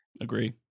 Agree